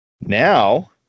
Now